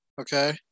Okay